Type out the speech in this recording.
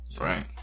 Right